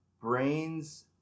brain's